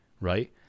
Right